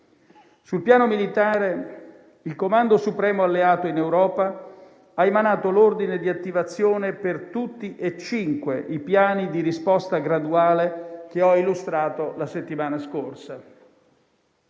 Sul piano militare il comando supremo delle potenze alleate in Europa ha emanato l'ordine di attivazione per tutti e cinque i piani di risposta graduale che ho illustrato la settimana scorsa.